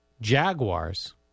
Jaguars